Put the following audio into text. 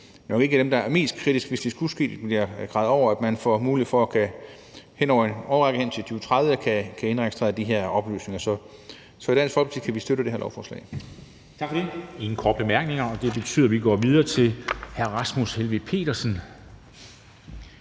som jo nok ikke er dem, der er mest kritiske, hvis det skulle ske, at de blev gravet over, nemlig at man får mulighed for over en årrække – indtil 2030 – at indregistrere de her oplysninger. Så i Dansk Folkeparti kan vi støtte det her lovforslag.